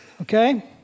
Okay